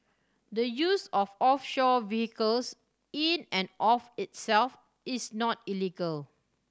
the use of offshore vehicles in and of itself is not illegal